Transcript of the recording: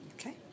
Okay